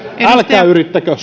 älkää yrittäkö